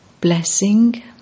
Blessing